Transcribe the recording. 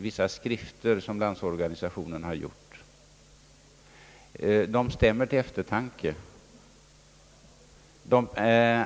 vissa skrifter som Landsorganisationen har utgett stämmer till eftertanke.